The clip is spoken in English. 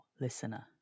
listener